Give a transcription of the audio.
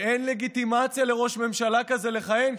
אין לגיטימציה לראש ממשלה כזה לכהן,